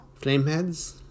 Flameheads